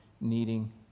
needing